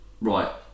right